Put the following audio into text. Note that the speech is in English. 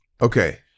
Okay